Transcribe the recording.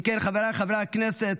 אם כן, חבריי חברי הכנסת,